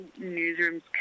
newsrooms